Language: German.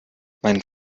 mein